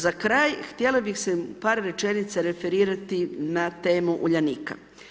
Za kraj htjela bih se par rečenica referirati na temu Uljanika.